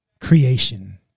creation